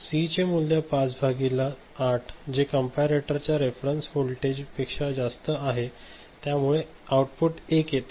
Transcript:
C चे मूल्य 5 भागिले 8 जे कि कंपॅरेटर च्या रेफरंस वोल्टेज पेक्षा जास्त आहे त्यामुळे आऊटपुट 1 येते